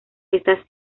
estas